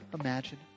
imagine